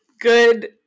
Good